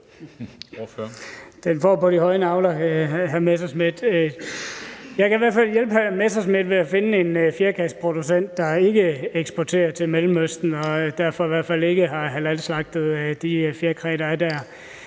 Jeg kan i hvert fald hjælpe hr. Messerschmidt med at finde en fjerkræproducent, der ikke eksporterer til Mellemøsten og derfor ikke har halalslagtet sine fjerkræ. Jeg er med